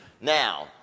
Now